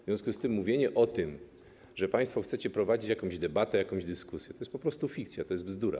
W związku z tym mówienie o tym, że państwo chcecie prowadzić jakąś debatę, jakąś dyskusję, to po prostu fikcja, to bzdura.